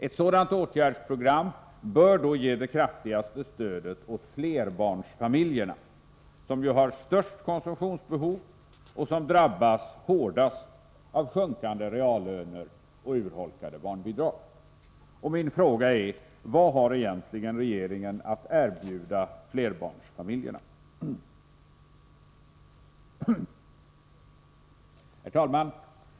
Ett sådant åtgärdsprogram bör ge det kraftigaste stödet åt flerbarnsfamiljerna, som ju har störst konsumtionsbehov och som drabbats hårdast av sjunkande reallöner och urholkade barnbidrag på senare tid. Vad har egentligen regeringen att erbjuda flerbarnsfamiljerna? Herr talman!